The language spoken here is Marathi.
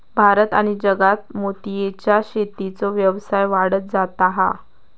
भारत आणि जगात मोतीयेच्या शेतीचो व्यवसाय वाढत जाता हा